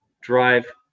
drive